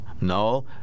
No